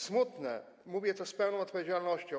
Smutne, ale mówię to z pełną odpowiedzialnością.